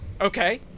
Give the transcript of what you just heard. Okay